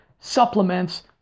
supplements